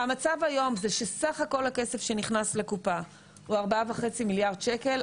המצב היום זה שסך הכל הכסף שנכנס לקופה הוא 4.5 מיליארד שקלים,